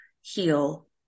heal